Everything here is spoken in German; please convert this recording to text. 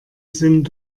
sind